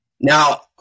Now